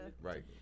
Right